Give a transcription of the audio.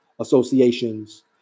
associations